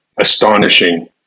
astonishing